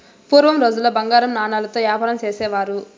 పూర్వం రోజుల్లో బంగారు నాణాలతో యాపారం చేసేవారు